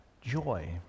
joy